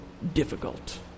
difficult